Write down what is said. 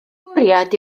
bwriad